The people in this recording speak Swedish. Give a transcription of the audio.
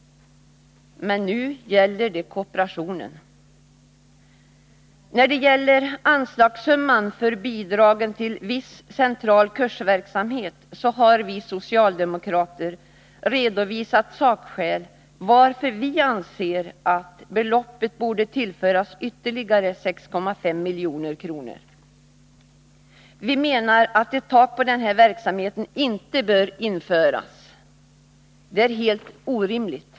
Men nu gäller det kooperationen. När det gäller anslaget Bidrag till viss central kursverksamhet så har vi socialdemokrater redovisat sakskälen till att vi anser att detta anslag borde tillföras ytterligare 6,5 milj.kr. Vi menar att ett tak på denna verksamhet inte bör införas. Det är helt orimligt.